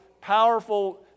powerful